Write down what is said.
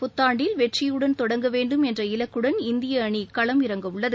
புத்தாண்டில் வெற்றியுடன் தொடங்கவேண்டும் என்ற இலக்குடன் இந்திய அணி களம் இறங்கவுள்ளது